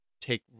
take